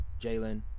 Jalen